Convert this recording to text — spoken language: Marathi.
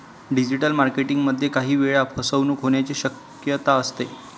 डिजिटल मार्केटिंग मध्ये काही वेळा फसवणूक होण्याची शक्यता असते